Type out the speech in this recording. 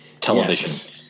television